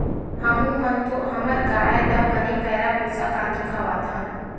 हमू मन तो हमर गाय ल बने पैरा, भूसा, कांदी खवाथन